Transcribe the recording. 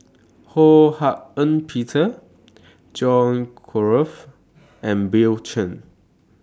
Ho Hak Ean Peter John Crawfurd and Bill Chen